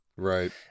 Right